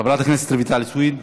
חברת הכנסת רויטל סויד.